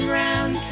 round